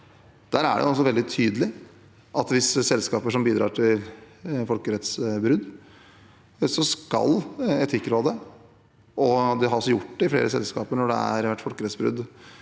Der er det veldig tydelig at hvis det er selskaper som bidrar til folkerettsbrudd, skal Etikkrådet – de har også gjort det med flere selskaper når det har vært folkerettsbrudd